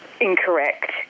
incorrect